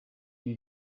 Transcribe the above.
ibi